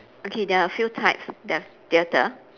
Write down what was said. okay there are a few types thea~ theatre